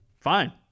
Fine